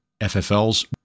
FFLs